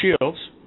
Shields